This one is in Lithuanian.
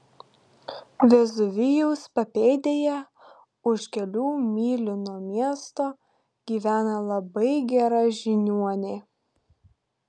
vezuvijaus papėdėje už kelių mylių nuo miesto gyvena labai gera žiniuonė